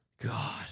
God